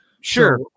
Sure